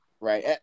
Right